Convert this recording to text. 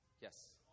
Yes